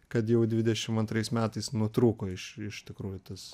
kad jau dvidešim antrais metais nutrūko iš iš tikrųjų tas